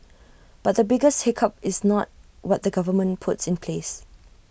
but the biggest hiccup is not what the government puts in place